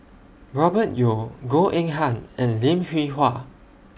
Robert Yeo Goh Eng Han and Lim Hwee Hua